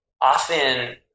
often